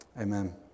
amen